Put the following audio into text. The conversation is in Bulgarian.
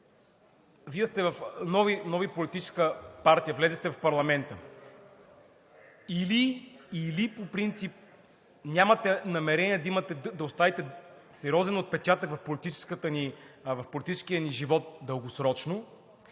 Вие сте в нови политически партии, влезли сте в парламента – или по принцип нямате намерение да оставите сериозен отпечатък в политическия ни живот дългосрочно,